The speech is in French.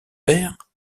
père